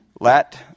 Let